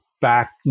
back